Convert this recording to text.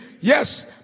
Yes